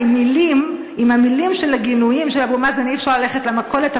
עם המילים של הגינויים של אבו מאזן אי-אפשר ללכת למכולת,